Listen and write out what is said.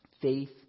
Faith